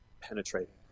penetrating